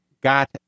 got